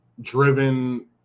driven